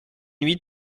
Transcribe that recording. huit